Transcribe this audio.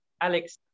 Alex